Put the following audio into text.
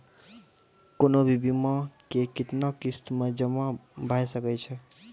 कोनो भी बीमा के कितना किस्त मे जमा भाय सके छै?